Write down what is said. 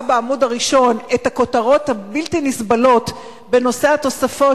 בעמוד הראשון את הכותרות הבלתי-נסבלות בנושא התוספות,